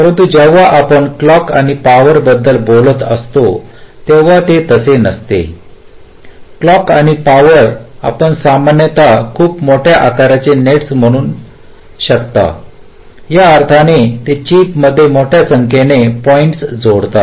परंतु जेव्हा आपण क्लॉक आणि पॉवरबद्दल बोलत असतो तेव्हा ते तसे नसते क्लॉक आणि पॉवर आपण सामान्यत खूप मोठ्या आकाराचे नेट्स म्हणू शकता या अर्थाने ते चिपमध्ये मोठ्या संख्येने पॉईंट्स जोडतात